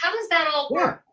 um does that all work?